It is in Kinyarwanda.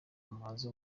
umuhanzi